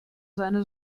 seine